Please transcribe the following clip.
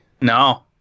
No